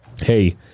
Hey